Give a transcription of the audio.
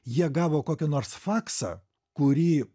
jie gavo kokio nors faksą kurį